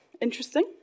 interesting